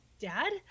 Dad